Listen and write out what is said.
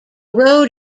road